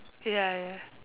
ya ya